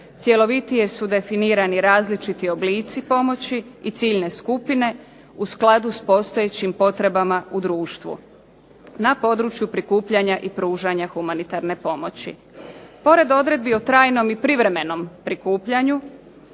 cjelovitije su definirani različiti oblici pomoći i ciljne skupine u skladu s postojećim potrebama u društvu na području prikupljanja i pružanja humanitarne pomoći. Pored odredbi o trajnom i privremenom prikupljanju